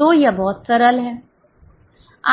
तो यह बहुत सरल है